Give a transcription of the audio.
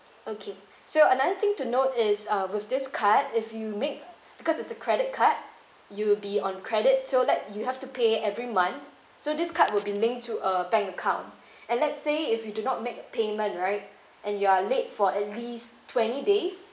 okay so another thing to note is uh with this card if you make because it's a credit card you will be on credit to let you have to pay every month so this card will be linked to a bank account and let's say if you do not make a payment right and you are late for at least twenty days